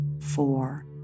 four